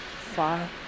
five